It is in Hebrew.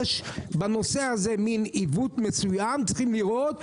אפשר לדון בנושא המועדים רק לאחר שנדע מה ההתקדמויות.